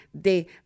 de